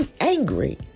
angry